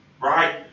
right